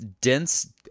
dense